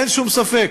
אין שום ספק